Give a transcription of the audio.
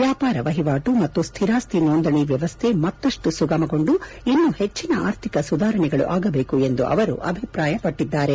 ವ್ಯಾಪಾರ ವಹಿವಾಟು ಮತ್ತು ಸ್ಹಿರಾಸ್ತಿ ನೊಂದಣಿ ವ್ಯವಸ್ಥೆ ಮತ್ತಷ್ಟು ಸುಗಮಗೊಂಡು ಇನ್ನು ಪೆಚ್ಚನ ಅರ್ಥಿಕ ಸುಧಾರಣೆಗಳಾಗಬೇಕು ಎಂದು ಅವರು ಅಭಿಪ್ರಾಯಪಟ್ಟಿದ್ದಾರೆ